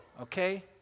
okay